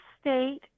state